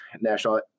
National